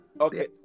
Okay